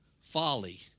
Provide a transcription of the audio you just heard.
folly